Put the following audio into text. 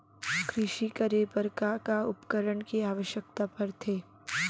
कृषि करे बर का का उपकरण के आवश्यकता परथे?